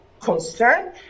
concern